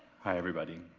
hi everybody.